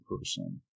person